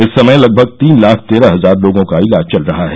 इस समय लगभग तीन लाख तेरह हजार लोगों का इलाज चल रहा है